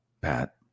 Pat